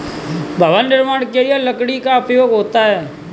भवन निर्माण के लिए लकड़ी का उपयोग होता है